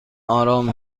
آرام